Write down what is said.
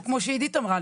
או כמו שעידית אמרה,